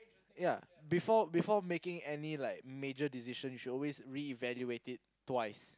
ya before before making any like major decision you should always reevaluate it twice